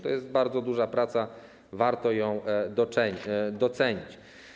To jest bardzo duża praca, warto ją docenić.